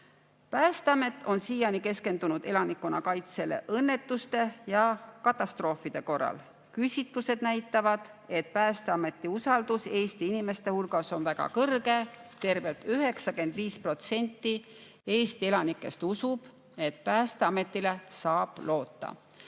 ellu. Päästeamet on siiani keskendunud elanikkonnakaitsele õnnetuste ja katastroofide korral. Küsitlused näitavad, et usaldus Päästeameti vastu on Eesti inimeste hulgas väga kõrge: tervelt 95% Eesti elanikest usub, et Päästeametile saab loota.